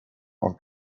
are